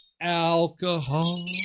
alcohol